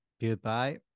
Goodbye